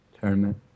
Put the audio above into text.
Tournament